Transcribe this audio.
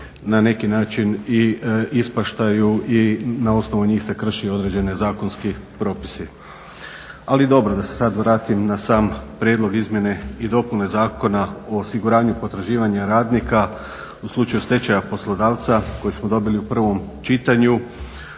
na neki način ispaštamo i na osnovu njih se krši određeni zakonski propisi. Ali dobro da se sada vratim na sam prijedlog izmjene i dopune zakona o osiguranju potraživanja radnika u slučaju stečaja poslodavca koji smo dobili u prvom čitanju.